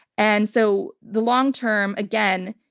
and so the long-term, again,